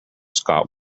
scott